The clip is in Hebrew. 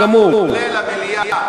ברגע שאני לא יכול לבוא בהפתעה,